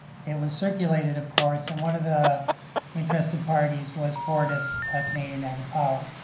it was circulated, of course, and one of the interested parties was fortis canadian niagara power.